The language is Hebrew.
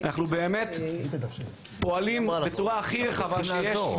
אנחנו באמת פועלים בצורה הכי רחבה שיש,